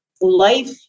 life